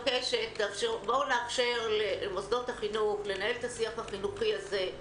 בואו נאפשר למוסדות החינוך לנהל את השיח החינוכי הזה,